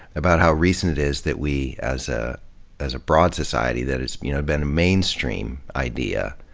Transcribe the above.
about how recent it is that we as ah as a broad society that it's you know been a mainstream idea,